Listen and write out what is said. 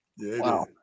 Wow